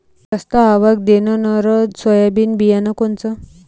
जास्त आवक देणनरं सोयाबीन बियानं कोनचं?